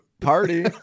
Party